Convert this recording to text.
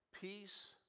Peace